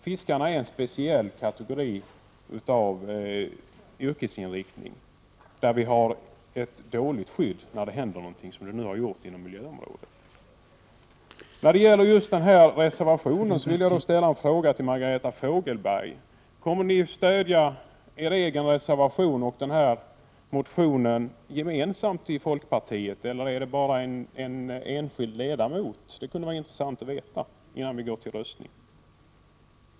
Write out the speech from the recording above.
Fiskarna är en speciell kategori yrkesarbetare. De har ett dåligt skydd om det händer någonting liknande det som nu har hänt inom miljöområdet. Angående reservation 48 vill jag ställa en fråga till Margareta Fogelberg: Kommer folkpartisterna att stödja reservationen gemensamt, eller är det bara en enskild ledamot som gör det? Det kunde vara intressant att veta innan vi går till röstning.